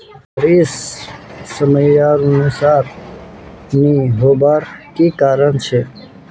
बारिश समयानुसार नी होबार की कारण छे?